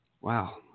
Wow